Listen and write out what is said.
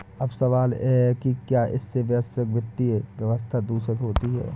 अब सवाल यह है कि क्या इससे वैश्विक वित्तीय व्यवस्था दूषित होती है